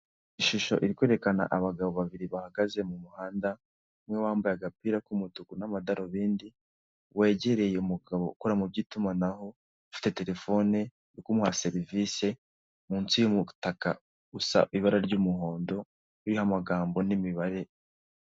Ishusho iri kwerekana abagabo babiri bahagaze mu muhanda, umwe wambaye agapira k'umutuku n'amadarubindi, wegereye umugabo ukora mu by'itumanaho, ufite terefone uri kumuha serivisi munsi y'umutaka ugusa ibara ry'umuhondo, uriho amagambo n'imibare.